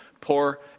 poor